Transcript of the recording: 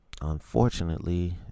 unfortunately